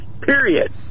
Period